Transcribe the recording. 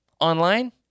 online